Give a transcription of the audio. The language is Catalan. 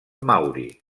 mauri